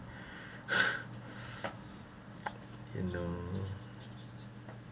you know